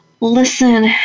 listen